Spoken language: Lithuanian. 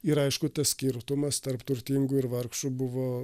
ir aišku tas skirtumas tarp turtingų ir vargšų buvo